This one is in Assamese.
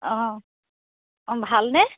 অঁ অঁ ভালনে